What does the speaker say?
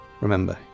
Remember